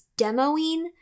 demoing